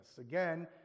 again